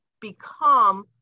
become